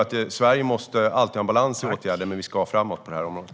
Sverige måste ha en balans när det gäller åtgärder, men vi ska framåt på det här området.